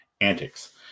antics